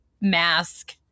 mask